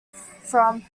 from